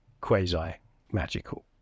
quasi-magical